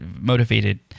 motivated